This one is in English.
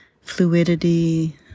fluidity